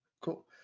Cool